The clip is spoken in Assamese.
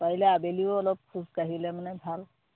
পাৰিলে আবেলিও অলপ খোজকাঢ়িলে মানে ভাল